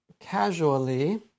casually